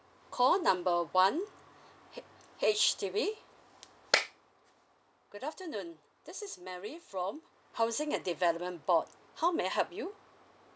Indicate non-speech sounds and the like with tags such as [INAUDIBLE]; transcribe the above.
call number one H H_D_B [NOISE] good afternoon this is mary from housing and development board how may I help you